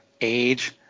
age